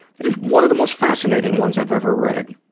this is one of the most fascinating ones i've ever read.